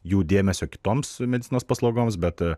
jų dėmesio kitoms medicinos paslaugoms bet